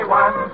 one